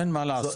אין מה לעשות.